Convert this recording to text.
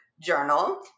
journal